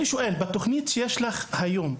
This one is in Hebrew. אני שואל, בתוכנית שיש לך היום,